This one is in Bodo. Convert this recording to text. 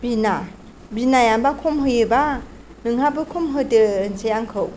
बिना बिनाआनोबा खम होयोबा नोंहाबो खम होदो होनसै आंखौ